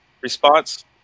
response